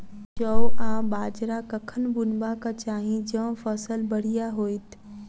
जौ आ बाजरा कखन बुनबाक चाहि जँ फसल बढ़िया होइत?